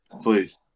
Please